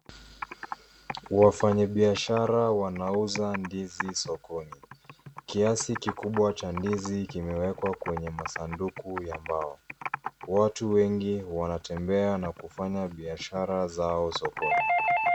Wafanyabiashara wanauza ndizi sokoni. Kiasi kikubwa cha ndizi kimewekwa kwenye masanduku ya mbao. Watu wengi wanatembea na kufanya biashara zao sokoni.